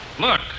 Look